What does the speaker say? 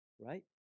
right